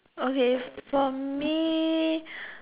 okay from me